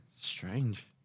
strange